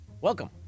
Welcome